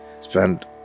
spend